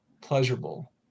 pleasurable